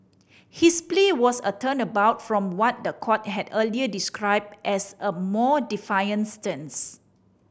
his plea was a turnabout from what the court had earlier described as a more defiant stance